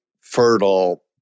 fertile